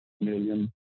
million